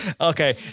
Okay